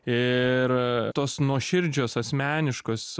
ir tos nuoširdžios asmeniškos